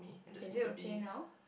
is it okay now